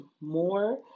more